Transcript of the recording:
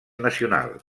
nacional